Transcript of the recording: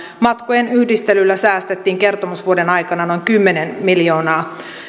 matkojen yhdistelyllä säästettiin kertomusvuoden aikana noin kymmenen miljoonaa